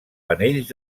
panells